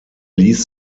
ließ